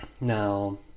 Now